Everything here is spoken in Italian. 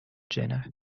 genere